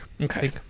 okay